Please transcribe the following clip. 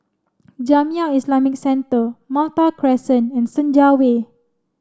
Jamiyah Islamic Centre Malta Crescent and Senja Way